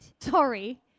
Sorry